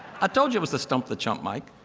i told you it was the stump the chump like